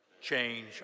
Change